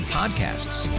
podcasts